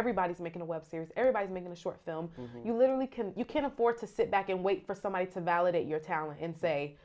everybody's making a web series everybody's making a short film and you literally can you can't afford to sit back and wait for somebody said validate your talent and say